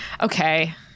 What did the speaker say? Okay